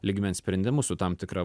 lygmens sprendimus su tam tikra